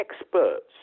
experts